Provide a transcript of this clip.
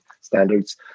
standards